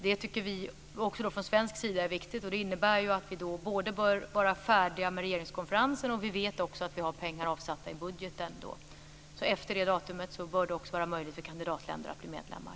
Från svensk sida tycker vi att det är viktigt. Det innebär att vi bör vara färdiga med regeringskonferensen, och vi vet också att vi har pengar avsatta i budgeten då. Efter det datumet bör det också vara möjligt för kandidatländer att bli medlemmar.